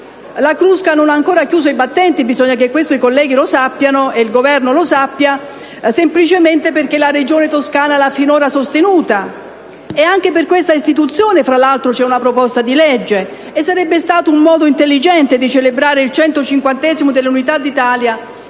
La Crusca non ha ancora chiuso i battenti (bisogna che i colleghi ed il Governo questo lo sappiano) semplicemente perché la Regione Toscana l'ha finora sostenuta e anche per questa istituzione, fra l'altro, c'è una proposta di legge e sarebbe stato un modo intelligente di celebrare il 150° dell'Unità d'Italia